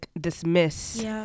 dismiss